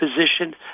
position